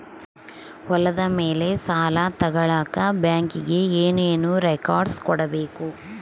ಹೊಲದ ಮೇಲೆ ಸಾಲ ತಗಳಕ ಬ್ಯಾಂಕಿಗೆ ಏನು ಏನು ರೆಕಾರ್ಡ್ಸ್ ಕೊಡಬೇಕು?